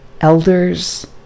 elders